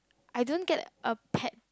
I don't get a pet